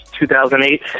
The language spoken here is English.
2008